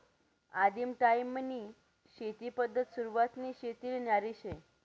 आदिम टायीमनी शेती पद्धत सुरवातनी शेतीले न्यारी शे